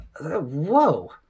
Whoa